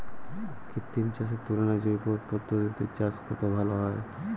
কৃত্রিম চাষের তুলনায় জৈব পদ্ধতিতে চাষে কত লাভ হয়?